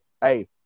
Hey